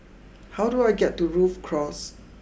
how do I get to Rhu Cross